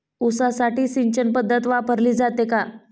ऊसासाठी सिंचन पद्धत वापरली जाते का?